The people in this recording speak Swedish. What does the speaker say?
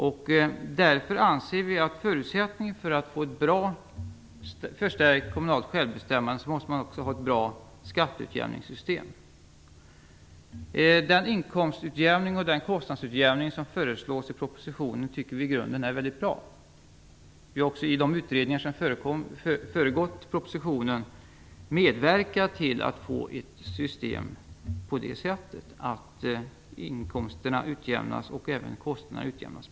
Vi anser därför att en förutsättning för att man skall få ett bra kommunalt självbestämmande är att man också får ett bra skatteutjämningssystem. Den inkomst och kostnadsutjämning som föreslås i propositionen tycker vi i grunden är mycket bra. Vi har också i de utredningar som föregått propositionen medverkat till att få ett system där inkomsterna och även kostnaderna utjämnas.